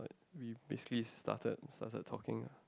we basically started started talking